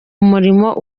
umurimo